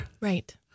Right